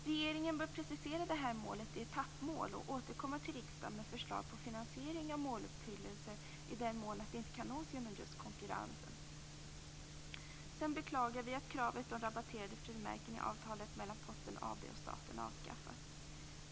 Regeringen bör precisera det här målet i etappmål och återkomma till riksdagen med förslag om finansieringen i fråga om måluppfyllelsen, i den mån det inte kan uppnås genom just konkurrensen. Vi beklagar att kravet om rabatterade frimärken i avtalet mellan Posten AB och staten avskaffas.